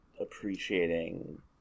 appreciating